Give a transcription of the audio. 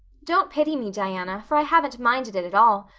don't pity me, diana, for i haven't minded it at all.